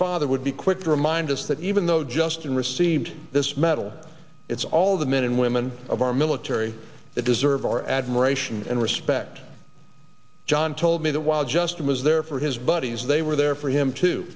father would be quick to remind us that even though justin received this medal it's all the men and women of our military that deserve our admiration and respect john told me that while justin was there for his buddies they were there for him to